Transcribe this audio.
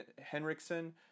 Henriksen